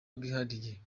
bwihariye